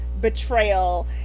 betrayal